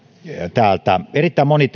täältä erittäin moni